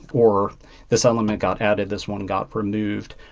or this element got added, this one got removed.